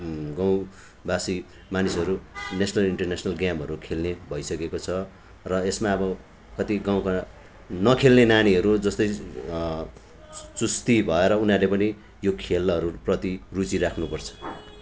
गाउँवासी मानिसहरू national international गेमहरू खेल्ने भइसकेको छ र यसमा अब कति गाउँका नखेल्ने नानीहरू जस्तै चुस्ती भएर उनीहरूले पनि यो खेलहरूप्रति रुचि राख्नु पर्छ